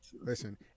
listen